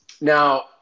Now